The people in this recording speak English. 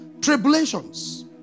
Tribulations